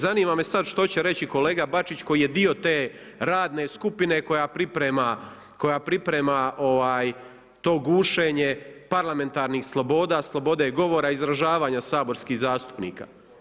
Zanima me sad što će reći kolega Bačić koji je dio te radne skupine koja priprema to gušenje parlamentarnih sloboda, slobode govora, izražavanja saborskih zastupnika.